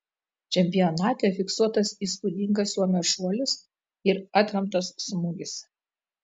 čempionate fiksuotas įspūdingas suomio šuolis ir atremtas smūgis